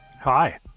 Hi